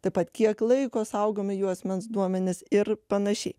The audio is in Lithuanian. taip pat kiek laiko saugomi jų asmens duomenys ir panašiai